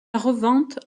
revente